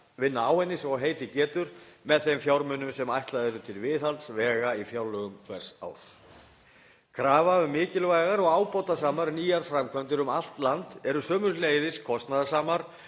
vinna á henni svo heitið getur með þeim fjármunum sem ætlaðir eru til viðhalds vega í fjárlögum hvers árs. Krafa um mikilvægar og ábatasamar nýjar framkvæmdir um allt land eru sömuleiðis kostnaðarsamar